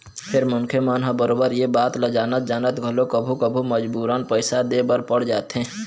फेर मनखे मन ह बरोबर ये बात ल जानत जानत घलोक कभू कभू मजबूरन पइसा दे बर पड़ जाथे